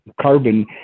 Carbon